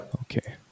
okay